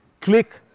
click